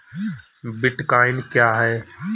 Bitcoin क्या है?